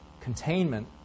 containment